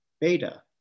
Beta